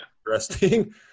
interesting